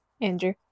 Andrew